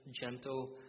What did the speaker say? gentle